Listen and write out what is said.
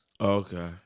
Okay